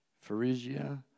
Phrygia